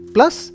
Plus